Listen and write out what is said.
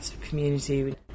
community